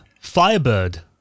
Firebird